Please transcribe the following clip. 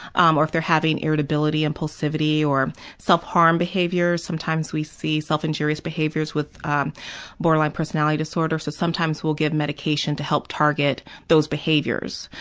um or if they're having irritability, impulsivity or self-harm behaviors, sometimes we see self-injurious behaviors with um borderline personality disorders, so sometimes we'll give medication to help target those behaviors,